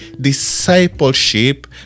discipleship